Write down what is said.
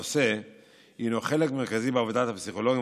הנושא הוא חלק מרכזי בעבודת הפסיכולוגים